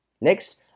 Next